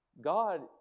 God